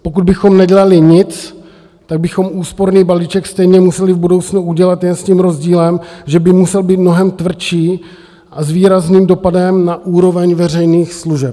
Pokud bychom nedělali nic, tak bychom úsporný balíček stejně museli v budoucnu udělat jen s tím rozdílem, že by musel být mnohem tvrdší a s výrazným dopadem na úroveň veřejných služeb.